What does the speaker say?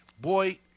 Boy